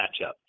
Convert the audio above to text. matchup